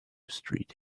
street